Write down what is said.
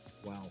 Wow